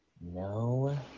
No